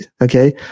Okay